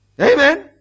Amen